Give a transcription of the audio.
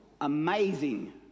Amazing